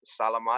salamat